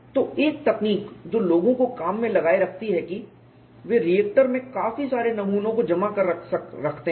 तो एक तकनीक जो लोगों को काम में लगाए रखती है कि वे रिएक्टर में काफी सारे नमूनों को जमा कर रखते हैं